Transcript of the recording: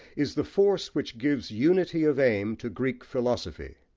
is the force which gives unity of aim to greek philosophy.